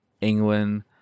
England